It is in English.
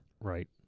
right